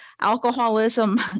alcoholism